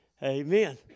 Amen